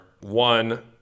one